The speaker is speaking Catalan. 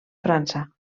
frança